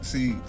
See